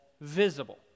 visible